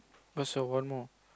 where's your one more